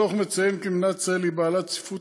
הדוח מציין כי מדינת ישראל היא בעלת צפיפות